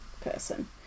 person